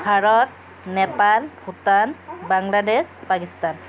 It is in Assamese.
ভাৰত নেপাল ভূটান বাংলাদেশ পাকিস্তান